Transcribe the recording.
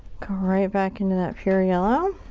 go right back into that pure yellow.